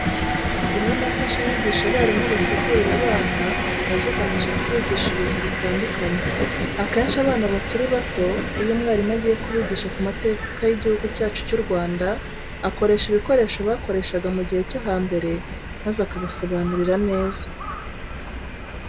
Zimwe mu mfashanyigisho abarimu bategurira abana ziba zigamije kubigisha ibintu bitandukanye. Akenshi abana bakiri bato iyo umwarimu agiye kubigisha ku mateka y'Igihugu cyacu cy'u Rwanda, akoresha ibikoresho bakoreshaga mu gihe cyo hambere maze akabasobanurira neza.